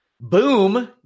Boom